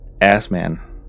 Assman